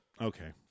Okay